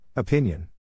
Opinion